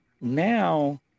now